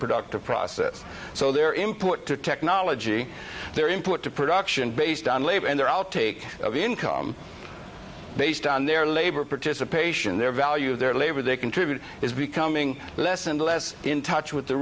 productive process so their input to technology their input to production based on labor and their outtake of income based on their labor participation their value their labor they contribute it's becoming less and less in touch with the